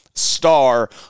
star